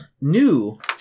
New